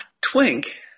Twink